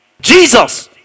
Jesus